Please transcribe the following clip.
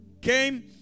Came